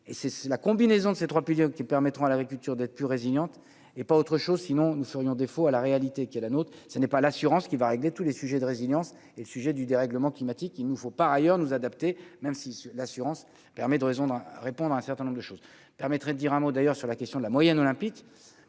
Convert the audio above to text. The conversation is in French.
et c'est la combinaison de ces 3 piliers qui permettront à l'agriculture, d'être plus résilientes et pas autre chose, sinon nous serions défaut à la réalité qui est la nôtre, ce n'est pas l'assurance qui va régler tous les sujets de résilience et le sujet du dérèglement climatique, il nous faut par ailleurs nous adapter, même si l'assurance permet de résoudre à répondre à un certain nombre de choses permettrait de dire un mot d'ailleurs sur la question de la moyenne olympique